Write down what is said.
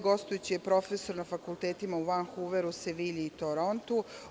Gostujući je profesor na fakultetima u Vankuveru, Sevilji i Torontu.